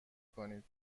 کنید